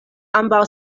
ambaŭ